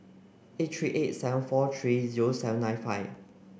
eight three eight seven four three zero seven nine five